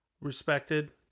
respected